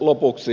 lopuksi